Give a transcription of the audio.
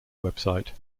website